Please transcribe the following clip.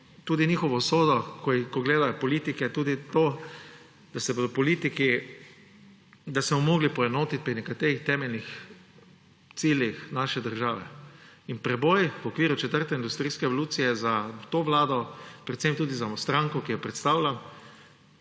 tudi svojo usodo, ko gledajo politike, tudi to, da se bomo mogli poenotiti pri nekaterih ciljih naše države. In preboj v okviru četrte industrijske revolucije za to vlado, predvsem tudi za mojo stranko, ki jo predstavljam,